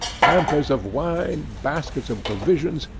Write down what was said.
hampers of wine, baskets of provisions,